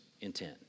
intent